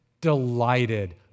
Delighted